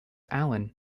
alan